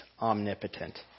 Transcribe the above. omnipotent